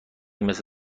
مثل